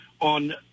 on